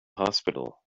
hospital